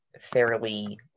fairly